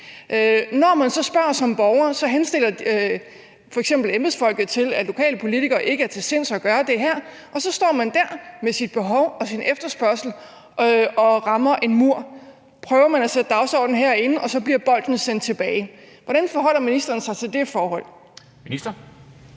Når man så som borger spørger, fortæller eksempelvis embedsfolkene, at lokale politikere ikke har til sinds at gøre det her, og så står man der med sit behov og sin efterspørgsel og rammer en mur. Så prøver man at sætte dagsordenen herinde, og så bliver bolden sendt tilbage. Hvordan forholder ministeren sig til det forhold?